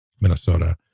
Minnesota